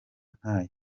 nkayo